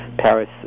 Paris